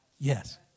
Yes